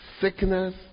Sickness